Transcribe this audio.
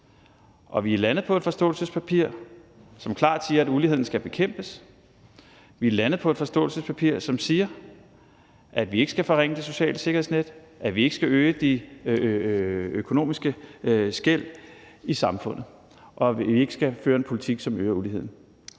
Vi er landet på et forståelsespapir, som klart siger, at uligheden skal bekæmpes; vi er landet på et forståelsespapir, som siger, at vi ikke skal forringe det sociale sikkerhedsnet, at vi ikke skal øge de økonomiske skel i samfundet, og at vi ikke skal føre en politik, som øger uligheden.